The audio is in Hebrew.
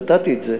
נתתי את זה.